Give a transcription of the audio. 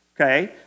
okay